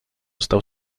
został